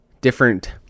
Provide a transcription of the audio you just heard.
different